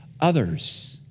others